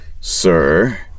sir